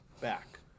back